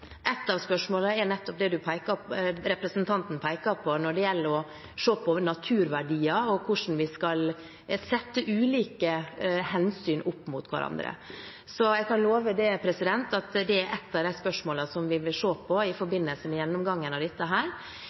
Et av spørsmålene er nettopp det representanten peker på når det gjelder å se på naturverdier, og hvordan vi skal sette ulike hensyn opp mot hverandre. Så jeg kan love at det er et av de spørsmålene som vi vil se på i forbindelse med gjennomgangen av dette.